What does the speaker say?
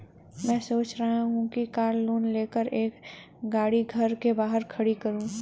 मैं सोच रहा हूँ कि कार लोन लेकर एक गाड़ी घर के बाहर खड़ी करूँ